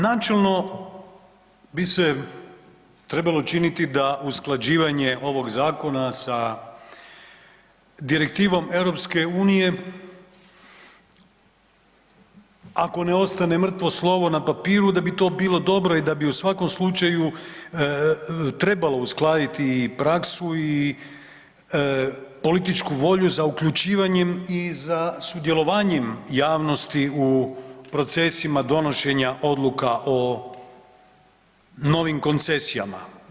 Načelno bi se trebalo činiti da usklađivanje ovog zakona sa direktivom EU ako ne ostane mrtvo slovo na papiru da bi to bilo dobro i da bi u svakom slučaju trebalo uskladiti i praksu i političku volju za uključivanjem i za sudjelovanjem javnosti u procesima donošenja odluka o novim koncesijama.